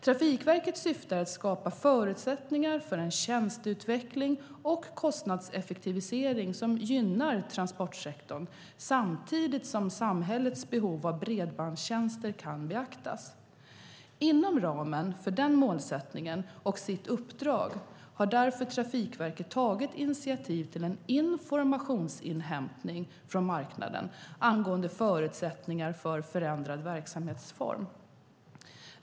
Trafikverkets syfte är att skapa förutsättningar för en tjänsteutveckling och kostnadseffektivisering som gynnar transportsektorn, samtidigt som samhällets behov av bredbandstjänster kan beaktas. Inom ramen för den målsättningen och sitt uppdrag har därför Trafikverket tagit initiativ till en informationsinhämtning från marknaden angående förutsättningar för förändrad verksamhetsform.